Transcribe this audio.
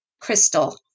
crystal